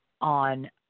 On